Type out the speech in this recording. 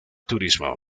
turismo